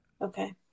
Okay